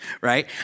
right